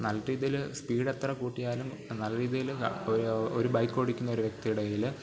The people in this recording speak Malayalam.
നല്ല രീതിയിൽ സ്പീഡ് എത്ര കൂട്ടിയാലും നല്ല രീതിയിൽ ഒരു ഒരു ബൈക്ക് ഓടിക്കുന്നൊരു വ്യക്തിയുടെ കയ്യിൽ